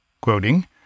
quoting